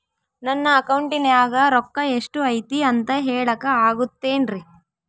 ನನ್ನ ಅಕೌಂಟಿನ್ಯಾಗ ರೊಕ್ಕ ಎಷ್ಟು ಐತಿ ಅಂತ ಹೇಳಕ ಆಗುತ್ತೆನ್ರಿ?